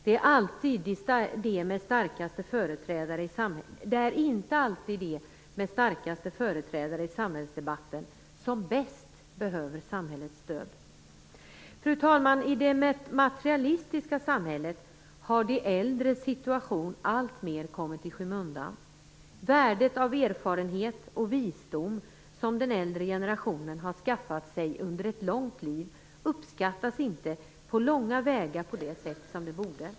Det är inte alltid de med de starkaste företrädarna i samhällsdebatten som bäst behöver samhällets stöd. Fru talman! I det materialistiska samhället har de äldres situation alltmer kommit i skymundan. Värdet av erfarenhet och visdom som den äldre generationen har skaffat sig under ett långt liv uppskattas inte på långa vägar på det sätt som det borde.